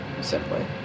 simply